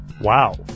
Wow